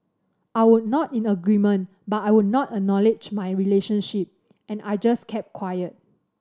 I would nod in agreement but I would not acknowledge my relationship and I just kept quiet